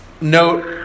note